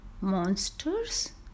monsters